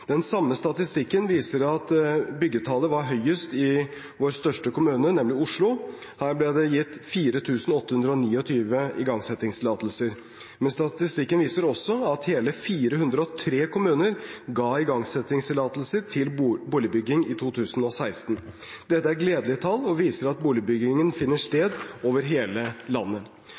Den samme statistikken viser at byggetallet var høyest i vår største kommune, nemlig Oslo. Her ble det gitt 4 829 igangsettingstillatelser. Men statistikken viser også at hele 403 kommuner ga igangsettingstillatelser til boligbygging i 2016. Dette er gledelige tall, som viser at boligbygging finner sted over hele landet.